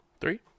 Three